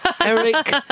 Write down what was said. Eric